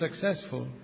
successful